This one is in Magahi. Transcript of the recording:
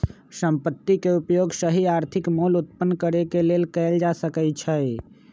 संपत्ति के उपयोग सही आर्थिक मोल उत्पन्न करेके लेल कएल जा सकइ छइ